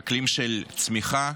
אקלים של צמיחה,